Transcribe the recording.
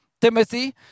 Timothy